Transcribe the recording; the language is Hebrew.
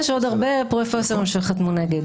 יש עוד הרבה פרופסורים שחתמו נגד.